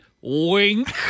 Wink